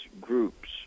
groups